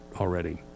already